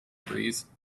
breeze